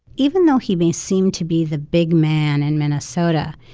even though he may seem to be the big man in minnesota,